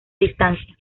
distancia